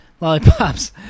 Lollipops